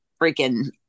freaking